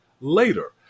later